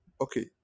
Okay